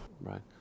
Right